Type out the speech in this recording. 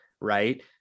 right